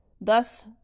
thus